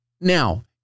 Now